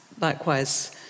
Likewise